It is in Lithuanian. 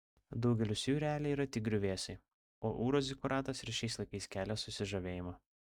daugelis jų realiai yra tik griuvėsiai o ūro zikuratas ir šiais laikais kelia susižavėjimą